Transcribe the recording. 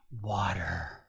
water